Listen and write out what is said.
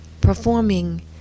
performing